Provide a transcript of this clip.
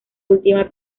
última